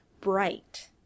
bright